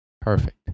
Perfect